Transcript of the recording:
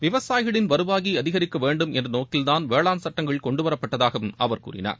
விவளயிகளின் வருவாயை அதிகரிக்க வேண்டும் என்று நோக்கில்தான் வேளான் சட்டங்கள் கொண்டு வரப்பட்டதாகவும் அவர் கூறினார்